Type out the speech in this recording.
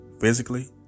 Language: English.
physically